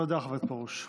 תודה, חבר הכנסת פרוש.